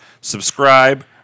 subscribe